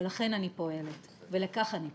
ולכן אני פועלת ולכך אני פועלת.